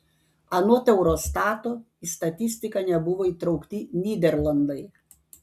anot eurostato į statistiką nebuvo įtraukti nyderlandai